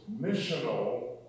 missional